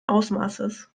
ausmaßes